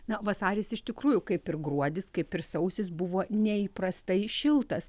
na vasaris iš tikrųjų kaip ir gruodis kaip ir sausis buvo neįprastai šiltas